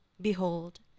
Behold